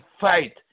fight